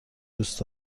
دوست